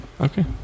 Okay